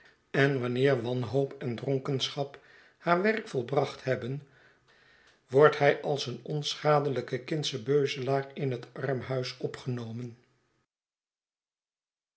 en wanneer wanhoop en dronkenschap haar werk volbracht hebben wordt hij als een onschadelijke kindsche beuzelaar in het armhuis opgenomen